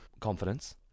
confidence